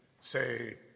say